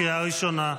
קריאה ראשונה.